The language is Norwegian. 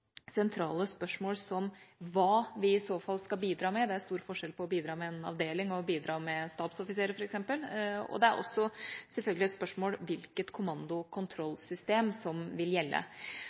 sentrale spørsmål som hva vi i så fall skal bidra med. Det er stor forskjell på å bidra med en avdeling og å bidra med stabsoffiserer, f.eks. Det er selvfølgelig også et spørsmål om hvilket kommando- og kontrollsystem som vil gjelde.